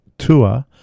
Tour